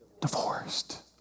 divorced